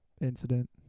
incident